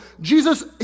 Jesus